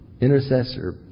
Intercessor